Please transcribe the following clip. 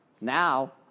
now